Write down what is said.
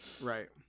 Right